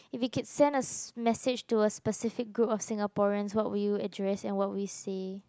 if it could send a s~ message to a specific group of Singaporeans what will you address and what will you say